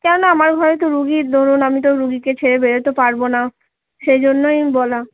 কেননা আমার ঘরে তো রুগী ধরুন আমি তো রুগীকে ছেড়ে বেরোতে পারবো না সেই জন্যই বলা